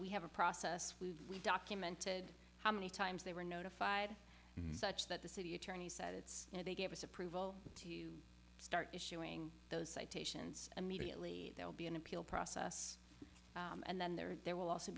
we have a process where we documented how many times they were notified and such that the city attorney said it's you know they gave us approval to start issuing those citations immediately there will be an appeal process and then there are there will also